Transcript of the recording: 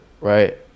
Right